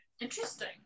interesting